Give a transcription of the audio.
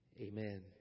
Amen